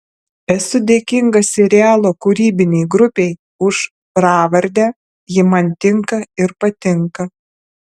esu dėkingas serialo kūrybinei grupei už pravardę ji man tinka ir patinka